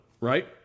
right